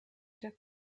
der